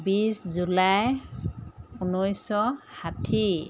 বিছ জুলাই ঊনৈছশ ষাঠি